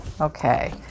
Okay